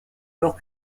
alors